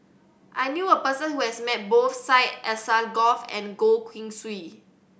I knew a person who has met both Syed Alsagoff and Goh Keng Swee